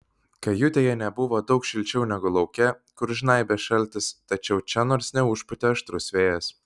kajutėje nebuvo daug šilčiau negu lauke kur žnaibė šaltis tačiau čia nors neužpūtė aštrus vėjas